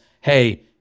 hey